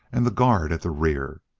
and the guard at the rear.